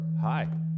hi